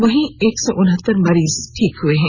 वहीं एक सौ उनहत्तर मरीज ठीक हुए हैं